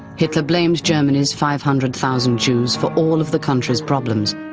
hitler blamed germany's five hundred thousand jews for all of the country's problems.